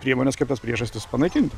priemones kaip tas priežastis panaikint